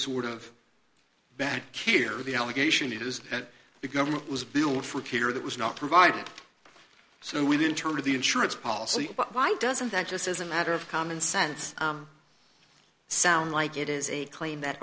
sort of back here the allegation is that the government was billed for care that was not provided so we didn't turn to the insurance policy but why doesn't that just as a matter of common sense sound like it is a claim that